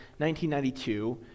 1992